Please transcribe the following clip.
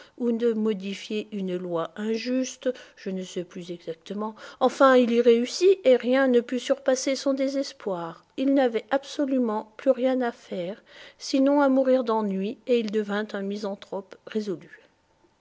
ou de modifier une loi injuste je ne sais plus exactement enfin il y réussit et rien ne put surpasser son désespoir il n'avait absolument plus rien à faire sinon à mourir d'ennui et il devint un misanthrope résolu